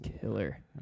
killer